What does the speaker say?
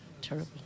Terrible